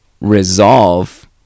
resolve